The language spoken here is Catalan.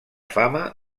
fama